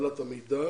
בקבלת המידע